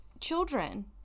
children